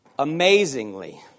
Amazingly